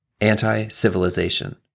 Anti-Civilization